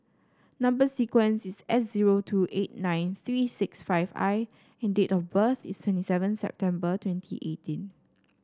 number sequence is S zero two eight nine three six five I and date of birth is twenty seven September twenty eighteen